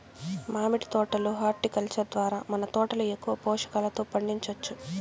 మామిడి తోట లో హార్టికల్చర్ ద్వారా మన తోటలో ఎక్కువ పోషకాలతో పండించొచ్చు